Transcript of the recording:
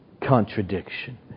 contradiction